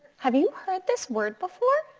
have you heard this word before?